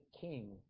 king